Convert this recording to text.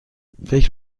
فکر